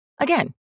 Again